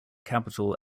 capital